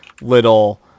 little